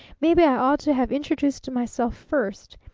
maybe i ought to have introduced myself first.